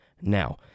now